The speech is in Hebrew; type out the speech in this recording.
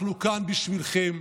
אנחנו כאן בשבילכם.